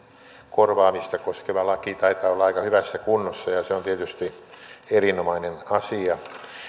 korvaamista koskeva laki taitaa olla aika hyvässä kunnossa ja se on tietysti erinomainen asia